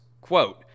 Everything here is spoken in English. quote